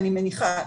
אני מניחה,